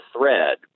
thread